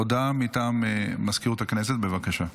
הודעה מטעם מזכירות הכנסת, בבקשה.